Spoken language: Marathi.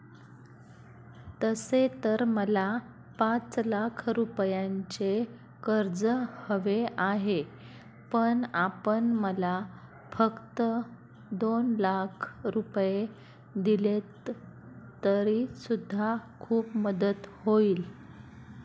तसे तर मला पाच लाख रुपयांचे कर्ज हवे आहे, पण आपण मला फक्त दोन लाख रुपये दिलेत तरी सुद्धा खूप मदत होईल